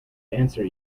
answer